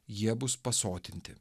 jie bus pasotinti